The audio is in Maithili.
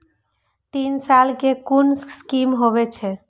तीन साल कै कुन स्कीम होय छै?